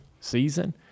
season